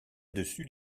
dessus